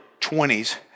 20s